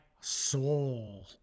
Soul